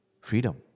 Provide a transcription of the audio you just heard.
freedom